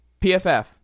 PFF